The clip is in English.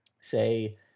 Say